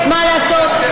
מה לעשות,